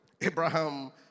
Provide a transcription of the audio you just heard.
Abraham